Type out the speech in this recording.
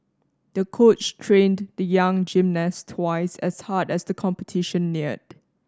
the coach trained the young gymnast twice as hard as the competition neared